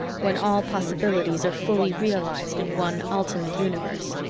when all possibilities are fully realized in one ultimate universe.